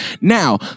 now